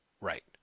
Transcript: Right